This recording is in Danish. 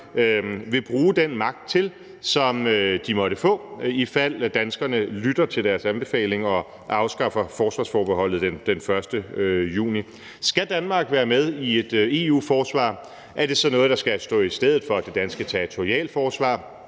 vil bruge den magt til, som de måtte få, i fald danskerne lytter til deres anbefalinger og afskaffer forsvarsforbeholdet den 1. juni. Skal Danmark være med i et EU-forsvar, og er det så noget, der skal stå i stedet for det danske territorialforsvar?